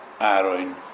Aaron